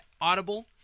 Audible